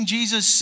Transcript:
Jesus